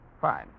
Fine